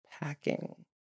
packing